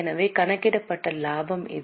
எனவே கணக்கிடப்பட்ட லாபம் இது